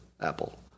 Apple